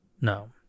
no